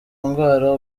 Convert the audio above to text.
ndwara